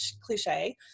cliche